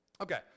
Okay